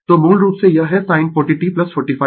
तो मूल रूप से यह है sin 40 t 45 o